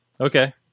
Okay